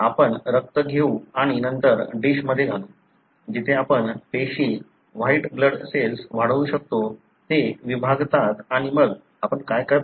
आपण रक्त घेऊ आणि नंतर डिशमध्ये घालू जिथे आपण पेशी व्हाईट ब्लड सेल्स वाढवू शकतो ते विभागतात आणि मग आपण काय करता